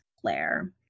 Claire